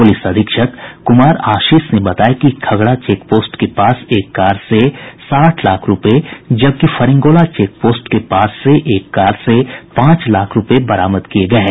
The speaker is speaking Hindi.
पुलिस अधीक्षक कुमार आशीष ने बताया कि खगड़ा चेक पोस्ट के पास एक कार से साठ लाख रूपये जबकि फरिंगोला चेक पोस्ट के पास एक कार से पांच लाख रूपये बरामद किये गये हैं